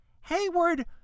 Hayward